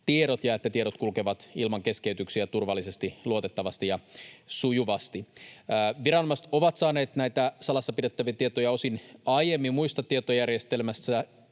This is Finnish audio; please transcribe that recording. tiedot ja että tiedot kulkevat ilman keskeytyksiä turvallisesti, luotettavasti ja sujuvasti. Viranomaiset ovat saaneet näitä salassa pidettäviä tietoja osin aiemmin muista tietojärjestelmistä,